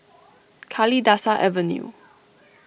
Kalidasa Avenue